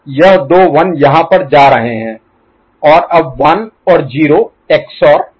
यह दो 1 यहाँ पर जा रहे हैं और अब 1 और 0 XOR 1 है